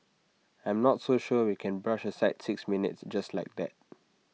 I'm not so sure we can brush aside six minutes just like that